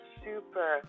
super